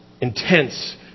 intense